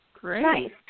Great